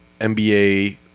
NBA